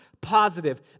positive